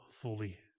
fully